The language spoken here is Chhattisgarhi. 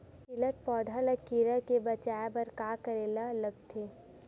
खिलत पौधा ल कीरा से बचाय बर का करेला लगथे?